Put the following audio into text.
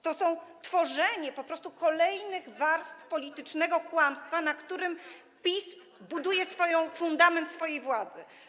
To jest tworzenie po prostu kolejnych warstw politycznego kłamstwa, na którym PiS buduje fundament swojej władzy.